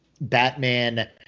batman